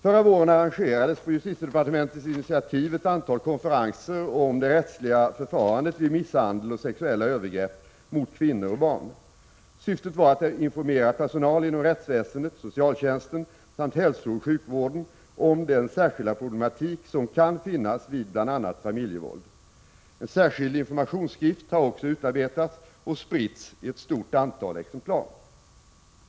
Förra våren arrangerades på justitiedepartementets initiativ ett antal konferenser om det rättsliga förfarandet vid misshandel och sexuella övergrepp mot kvinnor och barn. Syftet var att informera personal inom rättsväsendet, socialtjänsten samt hälsooch sjukvården om den särskilda problematik som kan finnas vid bl.a. familjevåld. En särskild informationsskrift har också utarbetats och spritts i ett stort antal exemplar.